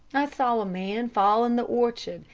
i saw a man fall in the orchard,